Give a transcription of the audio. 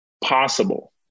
possible